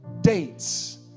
dates